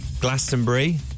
Glastonbury